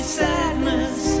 sadness